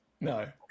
no